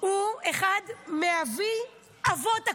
הוא אחד מאבי אבות הקונספציה.